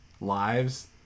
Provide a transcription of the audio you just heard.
lives